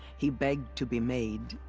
he begged to be made.